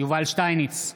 יובל שטייניץ,